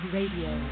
Radio